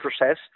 process